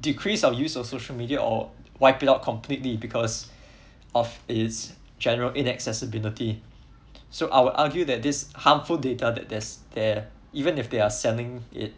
decrease our use of social media or wipe it out completely because of it's general inaccessibility so I will argue that this harmful data that there's there even if they're selling it